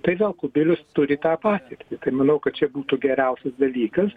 tai vėl kubilius turi tą patirtį tai manau kad čia būtų geriausias dalykas